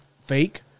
fake